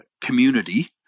community